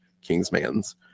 Kingsman's